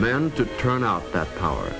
then to turn out that power